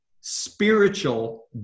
spiritual